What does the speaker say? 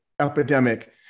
epidemic